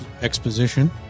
exposition